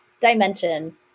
dimension